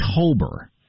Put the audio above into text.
October